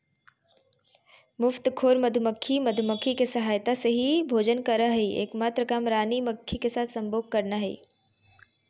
मुफ्तखोर मधुमक्खी, मधुमक्खी के सहायता से ही भोजन करअ हई, एक मात्र काम रानी मक्खी के साथ संभोग करना हई